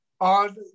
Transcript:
On